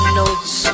notes